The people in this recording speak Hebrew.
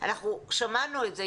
אנחנו שמענו את זה.